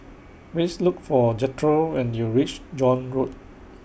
Please Look For Jethro when YOU REACH John Road